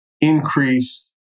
increase